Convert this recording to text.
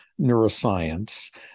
neuroscience